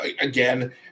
again